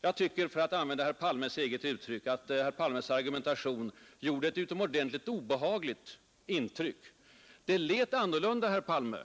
Jag tycker, för att använda herr Palmes eget uttryck, att herr Palmes argumentation mot mitt parti även i Övrigt gjorde ett utomordentligt ”obehagligt” intryck. Det lät annorlunda, herr Palme,